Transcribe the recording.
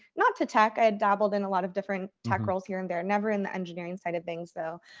not to tech. i had dabbled in a lot of different tech roles here and there. never in the engineering side of things though.